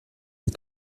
des